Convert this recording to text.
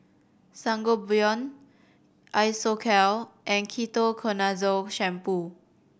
Sangobion Isocal and Ketoconazole Shampoo